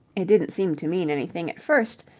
it didn't seem to mean anything at first,